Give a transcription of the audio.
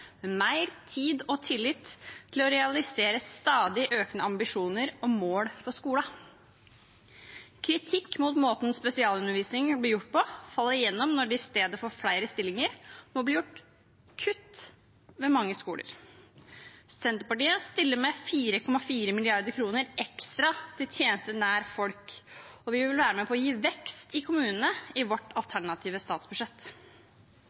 mer tid og tillit til å realisere stadig økende ambisjoner og mål for skolen. Kritikk mot måten spesialundervisning blir gjort på, faller igjennom når det i stedet for flere stillinger må bli gjort kutt ved mange skoler. Senterpartiet stiller med 4,4 mrd. kr ekstra til tjenester nær folk, og vi vil være med og gi vekst i kommunene i vårt alternative statsbudsjett.